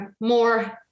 more